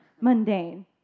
mundane